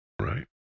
right